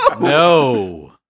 No